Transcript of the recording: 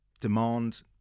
demand